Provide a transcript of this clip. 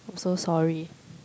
I'm so sorry